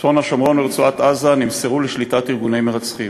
צפון השומרון ורצועת-עזה נמסרו לשליטת ארגוני מרצחים.